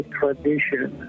tradition